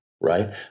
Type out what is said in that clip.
right